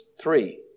three